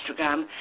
instagram